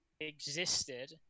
existed